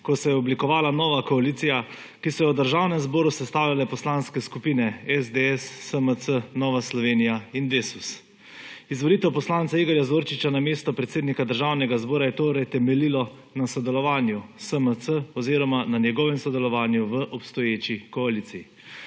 ko se je oblikovala nova koalicija, ki so jo v Državnem zboru sestavljale poslanske skupine SDS, SMC, Nova Slovenija in DeSUS. Izvolitev poslanca Igorja Zorčiča na mesto predsednika Državnega zbora je torej temeljilo na sodelovanju SMC oziroma na njegovem sodelovanju v obstoječi koalicija.